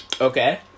Okay